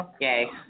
yay